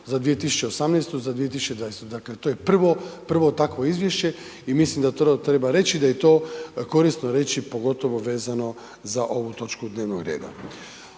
za 2018., za 2020., dakle to je prvo, prvo takvo izvješće i mislim da to treba reći da je to korisno reći pogotovo vezano za ovu točku dnevnog reda.